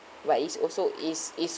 but it's also it's it's